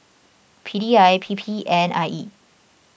P D I P P and I E